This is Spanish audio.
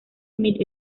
smith